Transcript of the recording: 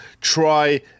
try